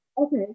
Okay